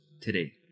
today